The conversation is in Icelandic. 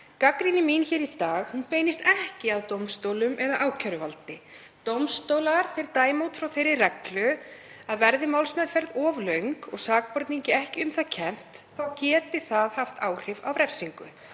Gagnrýni mín í dag beinist ekki að dómstólum eða ákæruvaldi. Dómstólar dæma út frá þeirri reglu að verði málsmeðferð of löng og sakborningi ekki um það kennt þá geti það haft áhrif á refsingu.